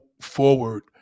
forward